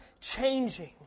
changing